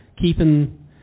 keeping